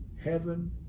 heaven